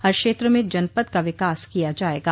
हर क्षेत्र में जनपद का विकास किया जायेगा